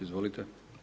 Izvolite.